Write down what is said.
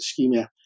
ischemia